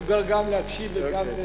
הוא מסוגל גם להקשיב וגם,